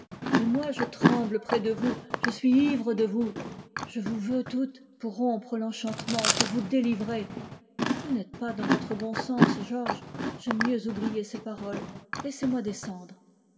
et moi je tremble près de vous je suis ivre de vous je vous veux toute pour rompre l'enchantement pour vous délivrer vous n'êtes pas dans votre bon sens georges elle